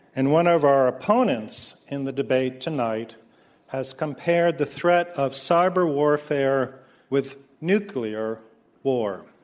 and one of our opponents in the debate tonight has compared the threat of cyber warfare with nuclear war.